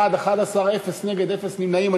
בעד, 11, אין נגד ואין נמנעים.